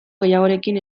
gehiagorekin